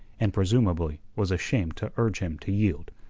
and presumably was ashamed to urge him to yield.